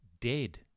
dead